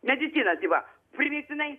medicina tai va primygtinai